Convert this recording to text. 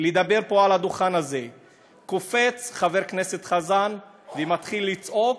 לדבר פה על הדוכן הזה קופץ חבר כנסת חזן ומתחיל לצעוק,